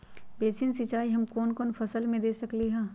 Basin सिंचाई हम कौन कौन फसल में दे सकली हां?